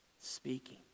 speaking